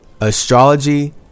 astrology